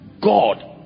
god